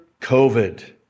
COVID